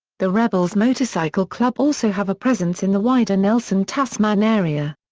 the rebels motorcycle club also have a presence in the wider nelson-tasman area.